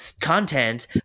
content